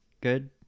good